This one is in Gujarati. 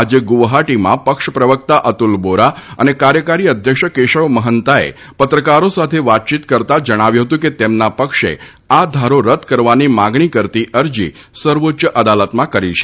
આજે ગુવહાટીમાં પક્ષ પ્રવક્તા અતુલ બોરા અને કાર્યકારી અધ્યક્ષ કેશવ મહંતાએ પત્રકારો સાથે વાતચીત કરતાં જણાવ્યું હતું કે તેમના પક્ષે આ ધારો રદ્દ કરવાની માંગણી કરતી અરજી સર્વોચ્ય અદાલતમાં કરી છે